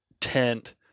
tent